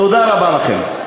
תודה רבה לכם.